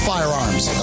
Firearms